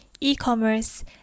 e-commerce